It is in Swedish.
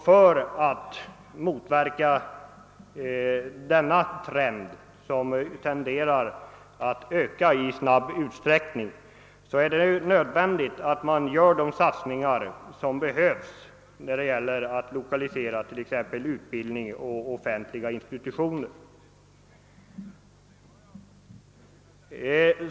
För att motverka denna trend, som tenderar att förstärkas, är det nödvändigt att göra satsningar för att lokalisera t.ex. utbildning och offentliga institutioner.